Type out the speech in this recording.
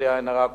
בלי עין הרע,